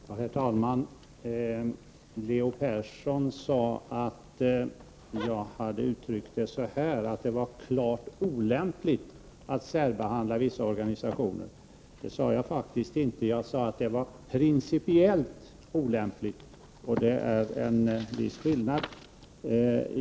Herr talman! Leo Persson sade att jag hade sagt att det var klart olämpligt att särbehandla vissa organisationer. Det sade jag faktiskt inte. Jag sade att det var principiellt olämpligt, vilket är en viss skillnad.